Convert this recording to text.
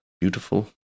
beautiful